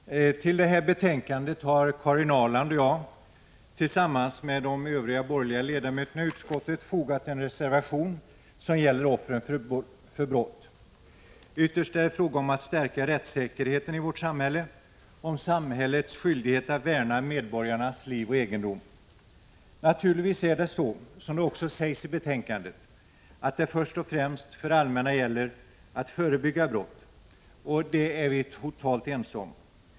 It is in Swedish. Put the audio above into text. Herr talman! Till det här betänkandet har Karin Ahrland och jag, tillsammans med de övriga borgerliga ledamöterna i utskottet, fogat en reservation som gäller offren för brott. Ytterst är det fråga om att stärka rättssäkerheten i vårt samhälle, om samhällets skyldighet att värna medborgarnas liv och egendom. Naturligtvis är det så, som det också sägs i betänkandet, att det först och främst för det allmänna gäller att förebygga brott. Det är vi totalt ense om.